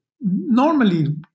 normally